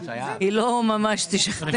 היא לא ממש תשכנע.